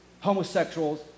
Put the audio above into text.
homosexuals